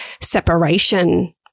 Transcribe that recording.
separation